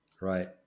right